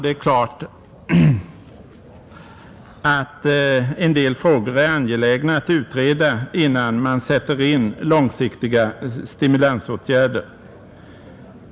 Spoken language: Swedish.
Det är klart att en del frågor är angelägna att utreda innan man sätter in långsiktiga stimulansåtgärder.